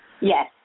Yes